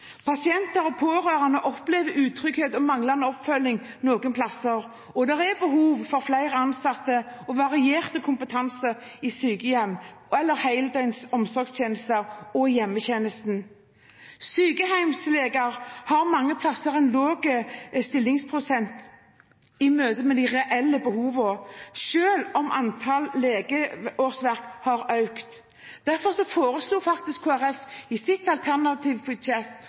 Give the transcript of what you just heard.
Pasienter og pårørende opplever utrygghet og manglende oppfølging noen plasser. Det er behov for flere ansatte og variert kompetanse i sykehjem, heldøgns omsorgstjenester og hjemmetjenesten. Sykehjemsleger har mange steder en lav stillingsprosent i forhold til de reelle behovene, selv om antallet legeårsverk har økt. Derfor forslår Kristelig Folkeparti i sitt alternative budsjett